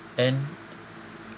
and